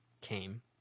came